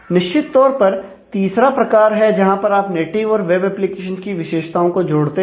निश्चित तौर पर तीसरा प्रकार है जहां पर आप नेटिव और वेब एप्लीकेशंस की विशेषताओं को जोड़ते हैं